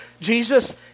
Jesus